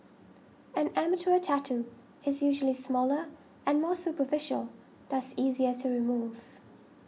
an amateur tattoo is usually smaller and more superficial thus easier to remove